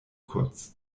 kunst